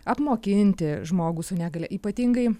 apmokinti žmogų su negalia ypatingai